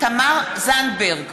תמר זנדברג,